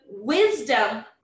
wisdom